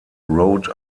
road